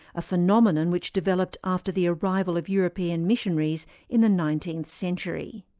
a phenomenon which developed after the arrival of european missionaries in the nineteenth century.